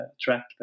track